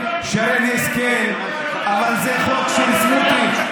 שרן השכל, אבל זה חוק של סמוטריץ'.